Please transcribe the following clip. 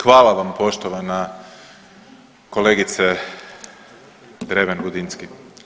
Hvala vam poštovana kolegice Dreven Budinski.